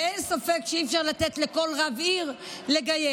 ואין ספק שאי-אפשר לתת לכל רב עיר לגייר,